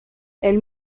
elle